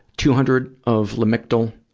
two-hundred of lamictal.